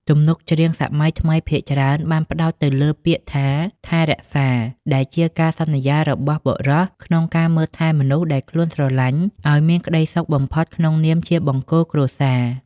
ទំនុកច្រៀងសម័យថ្មីភាគច្រើនបានផ្ដោតទៅលើពាក្យថា "ថែរក្សា" ដែលជាការសន្យារបស់បុរសក្នុងការមើលថែមនុស្សដែលខ្លួនស្រឡាញ់ឱ្យមានក្តីសុខបំផុតក្នុងនាមជាបង្គោលគ្រួសារ។